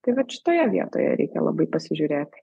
tai vat šitoje vietoje reikia labai pasižiūrėti